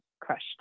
crushed